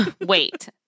Wait